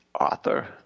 author